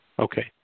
Okay